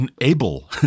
unable